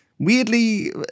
Weirdly